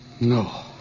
No